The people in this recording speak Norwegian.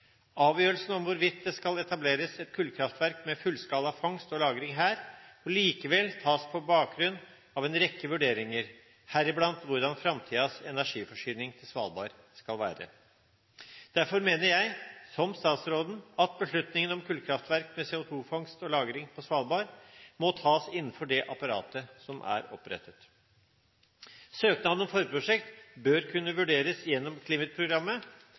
Avgjørelsen om hvorvidt det skal etableres et kullkraftverk med fullskala fangst og lagring her, må likevel tas på bakgrunn av en rekke vurderinger, deriblant hvordan framtidens energiforsyning til Svalbard skal være. Derfor mener jeg, som statsråden, at beslutningen om kullkraftverk med CO2-fangst og -lagring på Svalbard må tas innenfor det apparatet som er opprettet. Søknaden om forprosjekt bør kunne vurderes gjennom